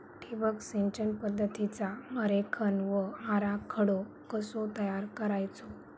ठिबक सिंचन पद्धतीचा आरेखन व आराखडो कसो तयार करायचो?